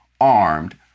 armed